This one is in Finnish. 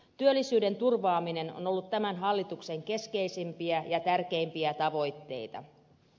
työllisyyden turvaaminen on ollut tämän hallituksen keskeisimpiä ja tärkeimpiä tavoitteita